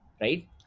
right